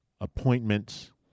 appointments